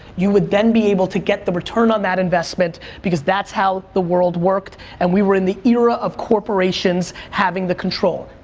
you would then be able to get the return on that investment because that's how the world worked, and we were in the era of corporations having the control.